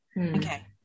Okay